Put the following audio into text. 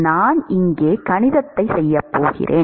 நான் இங்கே கணிதத்தைச் செய்யப் போகிறேன்